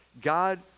god